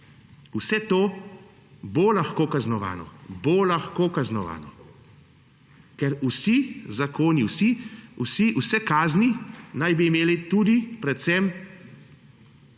vse to bo lahko kaznovano, bo lahko kaznovano. Ker vsi zakoni, vse kazni naj bi imeli tudi predvsem